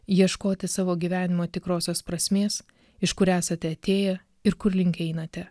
ieškoti savo gyvenimo tikrosios prasmės iš kur esate atėję ir kurlink einate